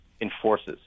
enforces